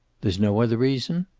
there's no other reason?